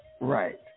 Right